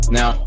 Now